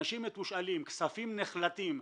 אנשים מתושאלים, כספים נחלטים.